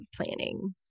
planning